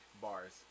Bars